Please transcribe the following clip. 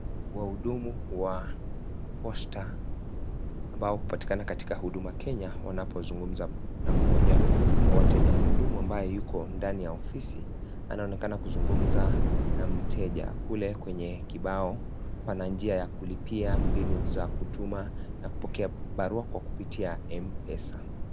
Wahudumu wa Posta ambao hupatikana katika Huduma Kenya wanapozungumza na mmoja wateja. Mhudumu ambaye yuko ndani ya ofisi anaonekana kuzungumza na mteja. Kule kwenye kibao Pana njia ya kulipa mbinu za kutuma na kupokea barua kwa kupitia Mpesa.